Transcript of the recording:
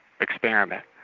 experiment